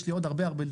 יש לי עוד הרבה לדבר,